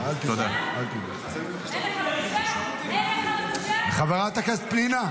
אין לך בושה --- חברת הכנסת פנינה.